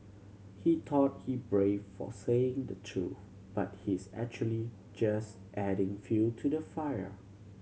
he thought he brave for saying the truth but he's actually just adding fuel to the fire